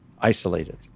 isolated